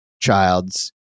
child's